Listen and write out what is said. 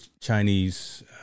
Chinese